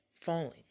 falling